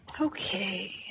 Okay